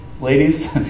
ladies